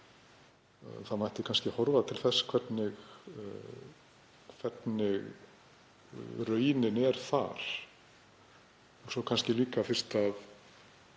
Það mætti kannski horfa til þess hver raunin er þar, svo kannski líka, fyrst